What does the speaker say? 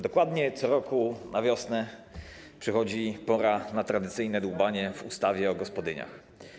Dokładnie co roku na wiosnę przychodzi pora na tradycyjne dłubanie w ustawie o gospodyniach.